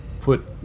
put